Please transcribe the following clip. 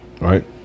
Right